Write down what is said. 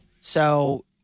So-